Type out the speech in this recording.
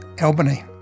Albany